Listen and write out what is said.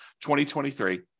2023